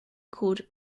called